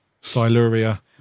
Siluria